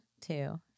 two